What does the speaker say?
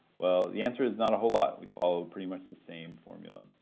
well, the answer is not a whole lot. we followed pretty much the same formula.